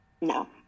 No